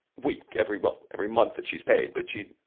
week, every, well, every month that she's paid. but she,